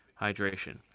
hydration